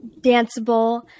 danceable